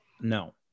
No